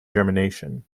germination